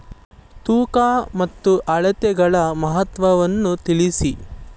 ತೂಕ ಮತ್ತು ಅಳತೆಗಳ ಮಹತ್ವವನ್ನು ತಿಳಿಸಿ?